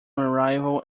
arrival